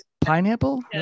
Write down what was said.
pineapple